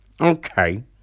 okay